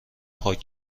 پاک